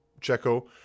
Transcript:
Checo